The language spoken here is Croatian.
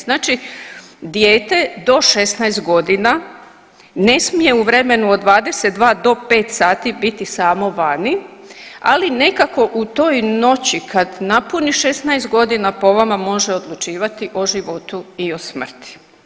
Znači dijete do 16 godina ne smije u vremenu od 22 do 5 sati biti samo vani, ali nekako u toj noći kad napuni 16 godina po vama može odlučivati o životu i o smrti.